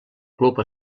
club